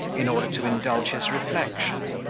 in order to indulge his reflection,